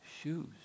shoes